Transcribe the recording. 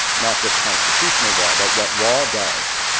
not just constitutional law, but what law does,